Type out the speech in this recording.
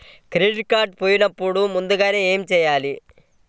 Credit card పోయినపుడు ముందుగా ఏమి చేయాలి?